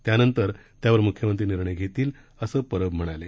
त्यानंतर त्यावर मुख्यमंत्री निर्णय घेतील असं परब म्हणाले